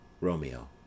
Romeo